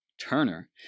Turner